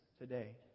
today